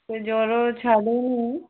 ସେ ଜ୍ଵର ଛାଡ଼ୁନି